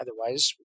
Otherwise